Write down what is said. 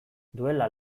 duela